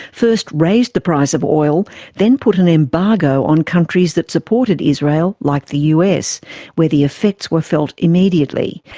first raised the price of oil, then put an embargo on countries that supported israel, like the us, where the effects were felt immediately.